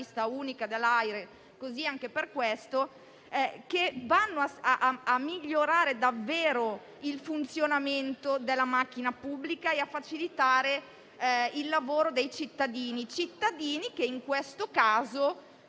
semplificazioni, che vanno a migliorare davvero il funzionamento della macchina pubblica e a facilitare il lavoro dei cittadini, che in questo caso